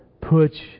Put